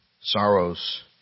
Sorrows